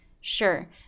sure